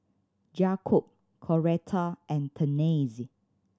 Jakobe Coletta and Tennessee